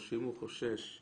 וכבר הסכמנו שאנחנו כן חושבים